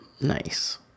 Nice